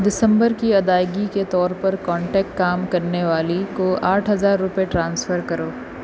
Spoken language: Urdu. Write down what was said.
دسمبر کی ادائیگی کے طور پر کانٹیکٹ کام کرنے والی کو آٹھ ہزار روپے ٹرانسفر کرو